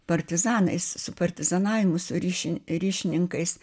partizanais su partizanavimu su ryši ryšininkais